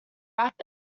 rap